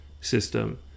system